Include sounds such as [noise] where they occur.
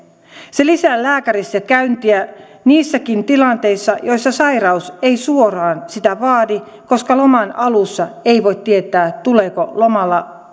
se lisää lääkärissäkäyntejä niissäkin tilanteissa joissa sairaus ei suoraan sitä vaadi koska loman alussa ei voi tietää tuleeko lomalla [unintelligible]